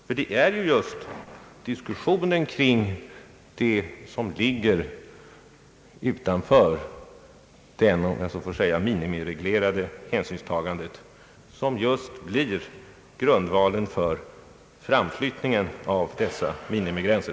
Det är nämligen just diskussionen kring det som ligger utanför det, om jag så får säga, minimireglerade hänsynstagandet som blir grundvalen för framflyttningen av dessa minimigränser.